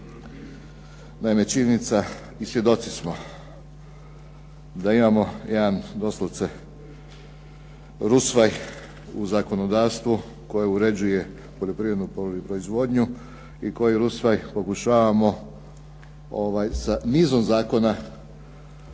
Naime, činjenice i svjedoci smo da imamo jedan doslovce rusvaj u zakonodavstvu koju uređuje poljoprivrednu proizvodnju i koji rusvaj pokušavamo sa nizom zakona dovesti